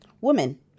Women